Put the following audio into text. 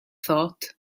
thought